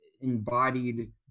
embodied